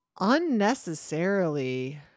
unnecessarily